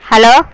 hello